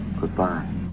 Goodbye